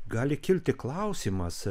gali kilti klausimas